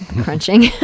crunching